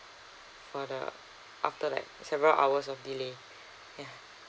for the after like several hours of delay ya